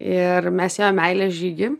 ir mes jo meilės žygį